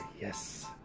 yes